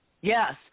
Yes